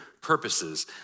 purposes